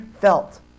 felt